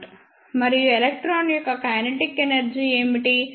మరియు ఎలక్ట్రాన్ యొక్క kinetic energy ఏమిటి